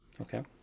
Okay